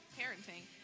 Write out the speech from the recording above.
parenting